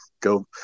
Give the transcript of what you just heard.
go